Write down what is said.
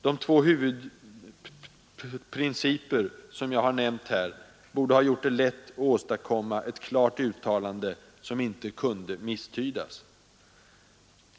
De två huvudprinciper som jag här nämnt borde ha gjort det lätt att åstadkomma ett klart uttalande, som inte kunde misstydas.